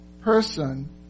person